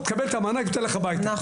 תקבל את המענק ותלך הביתה.